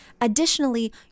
additionally